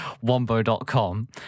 Wombo.com